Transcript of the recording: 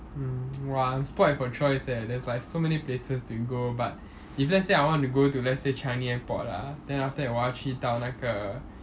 mm !wah! I'm spoilt for choice eh there's like so many places to go but if let's say I want to go to let's say changi airport ah then after that 我要去到那个